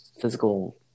physical